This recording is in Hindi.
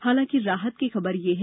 हालांकि राहत की खबर यह है